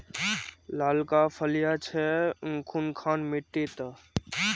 लालका फलिया छै कुनखान मिट्टी त?